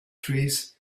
trees